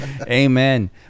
Amen